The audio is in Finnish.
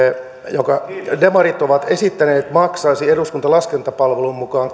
jonka demarit ovat esittäneet maksaisi eduskunnan laskentapalvelun mukaan